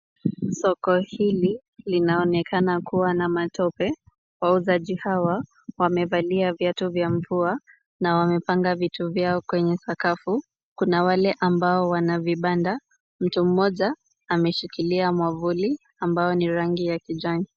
Soko hili linaonekana kuwa na matope, wauuzaji hawa wamevalia viatu vya mvua na wamepanga vitu vyao kwenye sakafu ,kuna wale ambao wana vibanda. Mtu moja ameshikilia mwavuli ambao ni rangi ya kijani.